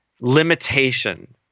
limitation